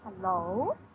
Hello